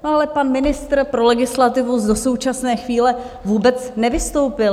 Ale pan ministr pro legislativu do současné chvíle vůbec nevystoupil.